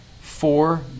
Four